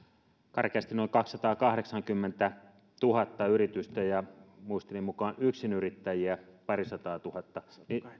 karkeasti noin kaksisataakahdeksankymmentätuhatta yritystä ja muistini mukaan yksinyrittäjiä parisataatuhatta